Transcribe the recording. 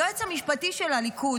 היועץ המשפטי של הליכוד,